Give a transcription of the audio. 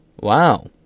Wow